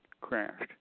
crashed